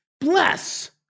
bless